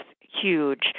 huge